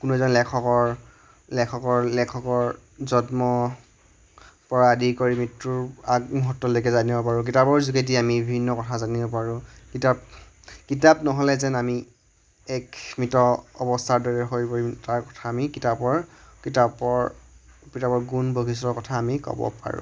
কোনো এজন লেখকৰ জন্মৰ পৰা আদি কৰি মৃত্যুৰ আগমুহূৰ্তলৈকে জানিব পাৰোঁ কিতাপৰ যোগেদি আমি বিভিন্ন কথা জানিব পাৰোঁ কিতাপ নহ'লে যেন আমি এক মৃত অৱস্থাৰ দৰে হৈ পৰিম তাৰ কথা আমি কিতাপৰ গুণ বৈশিষ্ট্যৰ কথা আমি ক'ব পাৰোঁ